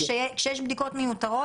כשיש בדיקות מיותרות,